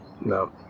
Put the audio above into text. No